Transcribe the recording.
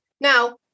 Now